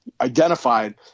identified